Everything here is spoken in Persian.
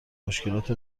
مشکلات